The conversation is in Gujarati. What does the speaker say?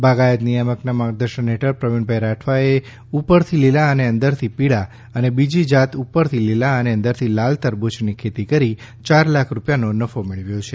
બાગાયત નિયામકના માર્ગદર્શન હેઠળ પ્રવીણભાઈ રાઠવાએ ઉપરથી લીલા અને અંદરથી પીળા અને બીજી જાત ઉપરથી લીલા અને અંદરથી લાલ તરબૂચની ખેતી કરી ચાર લાખનો નફો મેળવ્યો છે